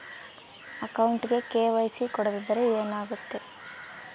ಅಕೌಂಟಗೆ ಕೆ.ವೈ.ಸಿ ಕೊಡದಿದ್ದರೆ ಏನಾಗುತ್ತೆ?